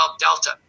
Delta